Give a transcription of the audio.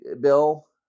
Bill